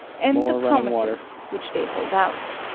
and the promises which they hold out.